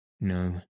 No